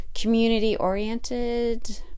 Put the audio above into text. community-oriented